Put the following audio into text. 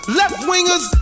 left-wingers